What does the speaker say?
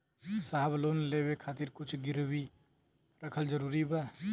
साहब लोन लेवे खातिर कुछ गिरवी रखल जरूरी बा?